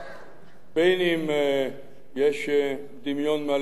אם יש דמיון מלא אם אין,